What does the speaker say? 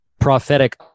prophetic